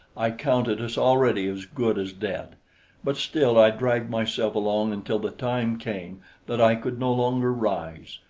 i counted us already as good as dead but still i dragged myself along until the time came that i could no longer rise,